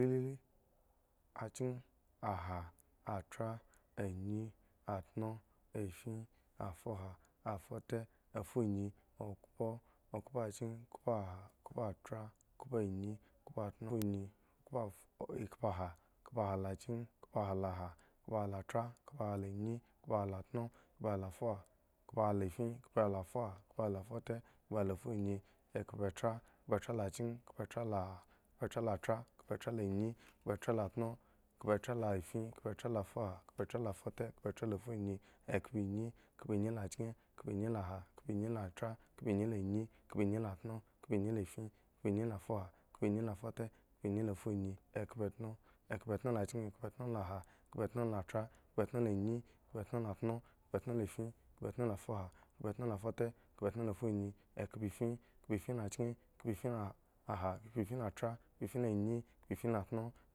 achki, oha, atra, anyi, atno, afin, afuha, afute, afunyi, okpo, okhpo, chki, okhpoeha, khoetra, khpoeanyi, khpoetna, funy, khpoefu, ekhpoeha, ehpoehalachko, khpoeha la ha, khpoeha la tra, khpoeha, anyi khpoeha la tno, khpoeha la fuha, khpoeha la in, khpoeha la fuha, khpoeha ha la fute, khpoeha la funyi, khpoehatra, khpoehatra a chki, khpoeha la, khpoetra la tra, khpoetra la anyi, khpoetra la tno, khpoetra la afin, khpoetra la fuha, khpoetra la fute, khpoetra la funyi, ekhpoenyi khpoenyi la chki, khpoenyi la ha, khpoenyi la tra, khpoenyi la anyi, khpoenyi la tno, khpoenyi la fin, khpoenyi la fuha, khpoenyi la fute, khpoenyi la funyi, exkhpoetno la anyi, khpoetno la atno, khpoetno la fin, khpoetno la fuha, khpoetno la fute, khpoetno la funyi, eklpoefin, ekpoefin la chki, khpoefin la ha, khpoefin la ha, khpoefin la tra, khpoefin la anyi, khpoefin la tno.